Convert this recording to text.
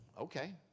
okay